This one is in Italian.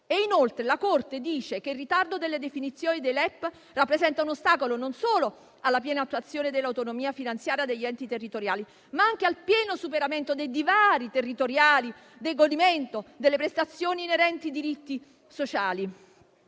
Inoltre, la Corte dice che il ritardo delle definizioni dei LEP rappresenta un ostacolo non solo alla piena attuazione dell'autonomia finanziaria degli enti territoriali, ma anche al pieno superamento dei divari territoriali nel godimento delle prestazioni inerenti ai diritti sociali.